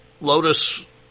Lotus